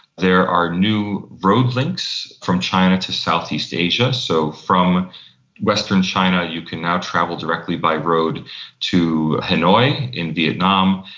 there are new road links from china to southeast asia. so from western china you can now travel directly by road to hanoi in vietnam.